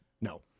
No